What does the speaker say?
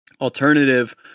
Alternative